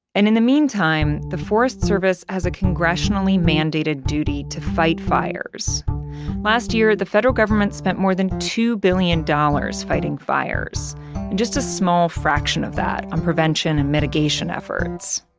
and in the meantime, the forest service has a congressionally-mandated duty to fight fires last year, the federal government spent more than two billion dollars fighting fires and just a small fraction of that on prevention and mitigation efforts.